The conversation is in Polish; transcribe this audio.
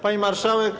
Pani Marszałek!